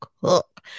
cook